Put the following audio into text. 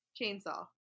chainsaw